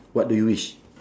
what do you wish